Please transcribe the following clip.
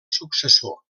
successor